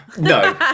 No